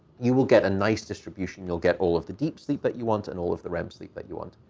you will get a nice distribution. you'll get all of the deep sleep that you want and all of the rem sleep that you want.